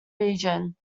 region